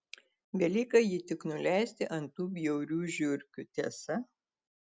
belieka jį tik nuleisti ant tų bjaurių žiurkių tiesa